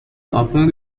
often